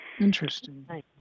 Interesting